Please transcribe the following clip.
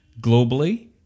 globally